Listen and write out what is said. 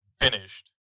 finished